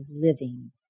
living